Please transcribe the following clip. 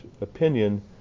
opinion